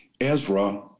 Ezra